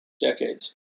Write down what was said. decades